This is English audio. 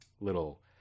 little